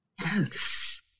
Yes